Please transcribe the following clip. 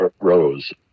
rose